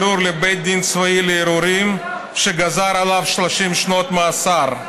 והוא הגיש ערעור לבית דין צבאי לערעורים ונגזרו עליו 30 שנות מאסר.